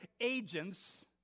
agents